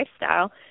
lifestyle